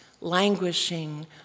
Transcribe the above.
languishing